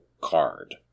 card